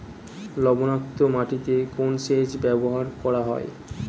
লবণাক্ত মাটিতে কোন সেচ ব্যবহার করা হয়?